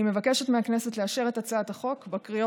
אני מבקשת מהכנסת לאשר את הצעת החוק בקריאה